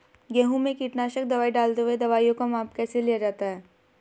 गेहूँ में कीटनाशक दवाई डालते हुऐ दवाईयों का माप कैसे लिया जाता है?